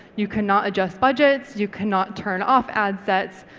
you could not adjust budgets. you could not turn off ad sets.